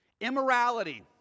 Immorality